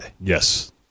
Yes